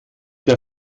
der